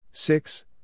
Six